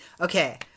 okay